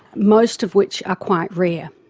most of which are quite rare,